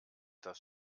das